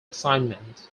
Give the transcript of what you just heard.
assignment